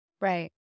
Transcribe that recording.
Right